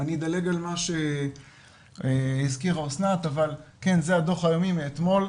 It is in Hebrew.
אני אדלג על מה שהזכירה אסנת אבל זה דו"ח יומי מאתמול,